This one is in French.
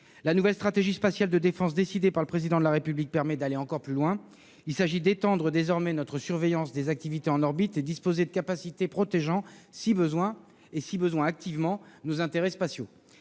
La nouvelle stratégie spatiale de défense décidée par le Président de la République permet d'aller encore plus loin. Il s'agit désormais d'étendre notre surveillance des activités en orbite et de disposer des capacités nécessaires pour protéger, si besoin activement, nos intérêts spatiaux.